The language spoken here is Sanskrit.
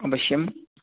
अवश्यं